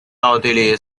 奥地利